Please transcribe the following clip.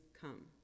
come